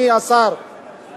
אדוני השר,